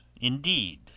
indeed